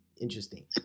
interesting